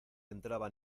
entraban